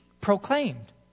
proclaimed